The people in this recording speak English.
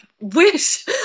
wish